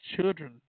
children